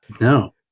No